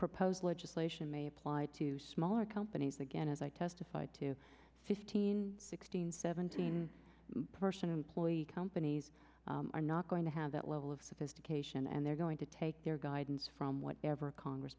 proposed legislation may apply to smaller companies again as i testified to fifteen sixteen seventeen person employee companies are not going to have that level of sophistication and they're going to take their guidance from what ever congress